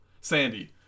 Sandy